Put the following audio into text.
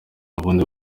bundi